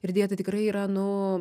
ir deja tai tikrai yra nu